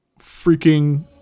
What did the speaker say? freaking